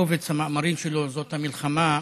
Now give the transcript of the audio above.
בקובץ המאמרים שלו "זאת המלחמה",